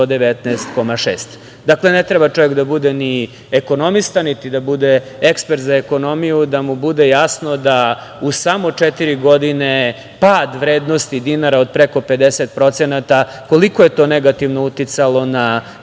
119,6.Dakle, ne treba čovek da bude ni ekonomista, niti da bude ekspert za ekonomiju da mu bude jasno da uz samo četiri godine pad vrednosti dinara od preko 50%, koliko je to negativno uticalo na